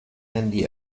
handy